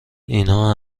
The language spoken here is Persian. اینها